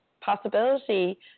possibility